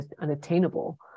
unattainable